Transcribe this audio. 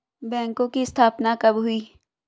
बैंकों की स्थापना कब हुई?